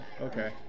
okay